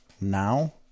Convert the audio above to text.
Now